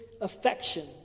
affection